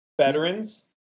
veterans